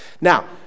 Now